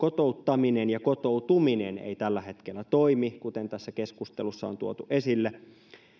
kotouttaminen ja kotoutuminen eivät tällä hetkellä toimi kuten tässä keskustelussa on tuotu esille